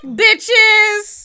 bitches